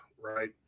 Right